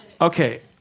Okay